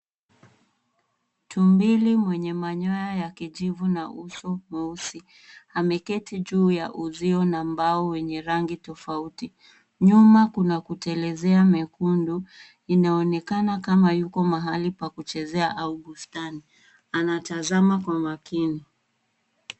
Tumbili mwenye manyoya na kijivu na uso mweusi .Ameketi juu ya uzio na mbao wenye rangi tofauti. Nyuma kuna kutelezea mwekundu ,inaonekana kama yuko mahali pa kuchezea au bustani, anatazama kwa makini.